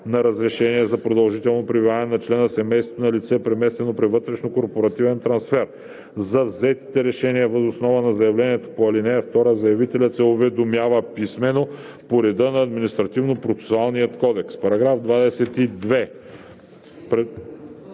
на разрешение за продължително пребиваване на член на семейството на лице, преместено при вътрешнокорпоративен трансфер. За взетите решения въз основа на заявлението по ал. 2 заявителят се уведомява писмено по реда на Административнопроцесуалния